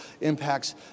impacts